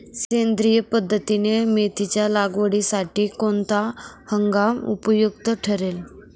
सेंद्रिय पद्धतीने मेथीच्या लागवडीसाठी कोणता हंगाम उपयुक्त ठरेल?